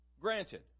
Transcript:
Granted